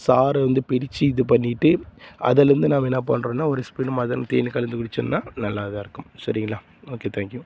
சாறு வந்து பிரித்து இது பண்ணிட்டு அதுலேருந்து நாம் என்ன பண்ணுறோன்னா ஒரு ஸ்பூன் மலை தேன் கலந்து குடிச்சோம்னா நல்லா இதாயிருக்கும் சரிங்களா ஓகே தேங்க் யூ